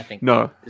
no